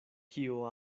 kio